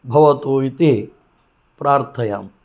भवतु इति प्रार्थयामि